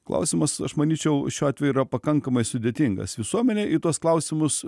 klausimas aš manyčiau šiuo atveju yra pakankamai sudėtingas visuomenė į tuos klausimus